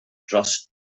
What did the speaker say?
dros